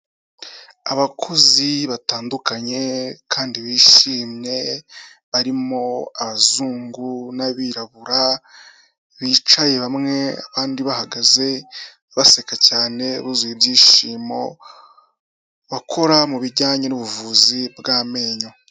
Abakozi batandukanye kandi bishimye barimo abazungu n'abirabura, bicaye bamwe abandi bahagaze baseka cyane buzuye ibyishimo, bakora mu bijyanye n'ubuvuzi bw'amenyo.